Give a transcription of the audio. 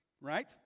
Right